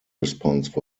response